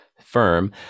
firm